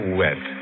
wet